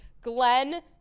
Glenn